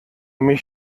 mich